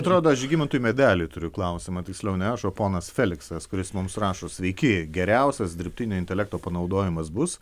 atrodo žygimantui medeliui turiu klausimą tiksliau ne aš o ponas feliksas kuris mums rašo sveiki geriausias dirbtinio intelekto panaudojimas bus